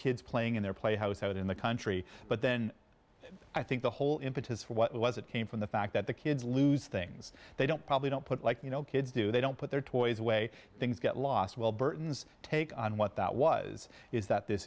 kids playing in their play house out in the country but then i think the whole impetus for what was it came from the fact that the kids lose things they don't probably don't put like you know kids do they don't put their toys away things get lost well burton's take on what that was is that this